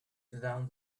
down